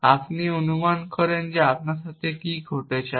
এবং আপনি অনুমান করেন যে আপনার সাথে কী ঘটেছে